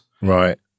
Right